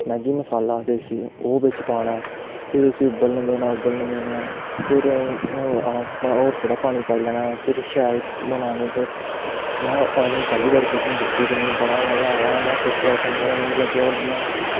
Maggi masala आखदे उसी ओह् बिच्च पाना फिर उसी उब्बलन देना उब्बलन देना फिर होर थोह्ड़ा पानी पाई लैना फिर शैल बनानी पर में अदूं पैह्ली बारी कुकिंग कीती ही ते मिगी बड़ा मज़ा आया में सोचेआ उस दिन मड़ा मिगी लग्गेआ में